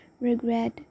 regret